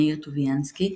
מאיר טוביאנסקי,